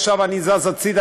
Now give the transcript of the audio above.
עכשיו אני זז הצדה,